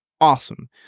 awesome